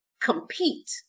compete